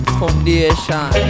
foundation